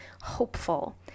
hopeful